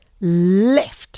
left